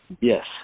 Yes